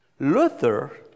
Luther